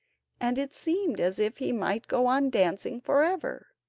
and it seemed as if he might go on dancing for ever.